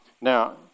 Now